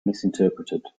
misinterpreted